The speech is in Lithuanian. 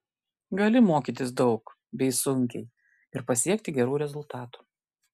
gali mokytis daug bei sunkiai ir pasiekti gerų rezultatų